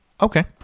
okay